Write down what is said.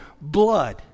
blood